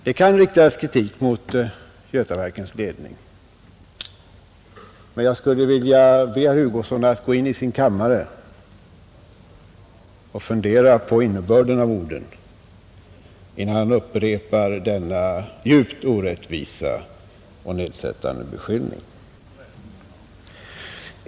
— Det kan riktas kritik mot Götaverkens ledning, men jag skulle vilja be herr Hugosson att gå in i sin kammare och fundera på innebörden av sina ord, innan han upprepar denna djupt orättvisa och nedsättande beskyllning.